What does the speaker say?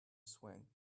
swing